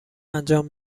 انجام